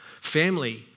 Family